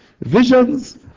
Visions